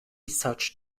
such